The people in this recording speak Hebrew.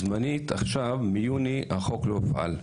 על כך שמיוני החוק לא הופעל.